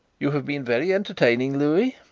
you have been very entertaining, louis,